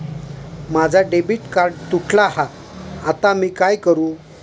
माझा debit card तुटला हा आता मी काय करू?